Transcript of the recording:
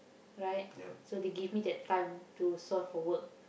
right so they give me that time to source for work